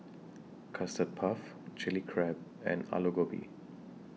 Custard Puff Chilli Crab and Aloo Gobi